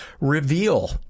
reveal